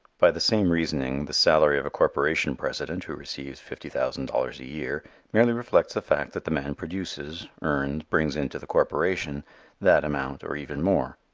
by the same reasoning the salary of a corporation president who receives fifty thousand dollars a year merely reflects the fact that the man produces earns brings in to the corporation that amount or even more.